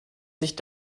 sich